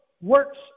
works